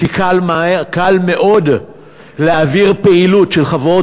כי קל מאוד להעביר פעילות של חברות